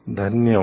धन्यवाद